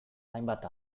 hainbat